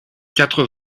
quatre